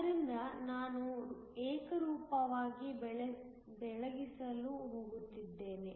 ಆದ್ದರಿಂದ ನಾನು ಏಕರೂಪವಾಗಿ ಬೆಳಗಿಸಲು ಹೋಗುತ್ತಿದ್ದೇನೆ